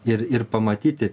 ir ir pamatyti